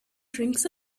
drinks